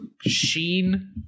sheen